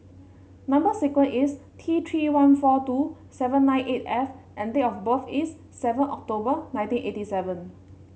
number sequence is T Three one four two seven nine eight F and date of birth is seven October nineteen eighty seven